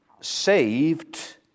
saved